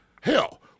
Hell